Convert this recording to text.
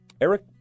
Eric